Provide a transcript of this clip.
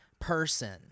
person